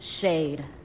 shade